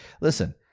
listen